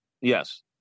Yes